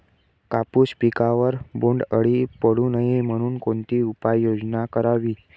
कापूस पिकावर बोंडअळी पडू नये म्हणून कोणती उपाययोजना करावी?